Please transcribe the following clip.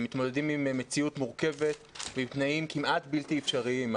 הם מתמודדים עם מציאות מורכבת ועם תנאים כמעט בלתי אפשריים.